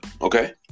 Okay